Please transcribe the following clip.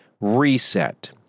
Reset